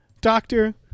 Doctor